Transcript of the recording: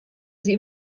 sie